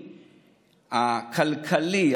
הכלכלי,